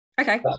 Okay